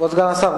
כבוד סגן השר,